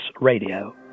Radio